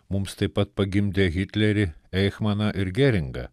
mums taip pat pagimdė hitlerį eichmaną ir geringą